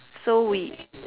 so we